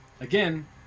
again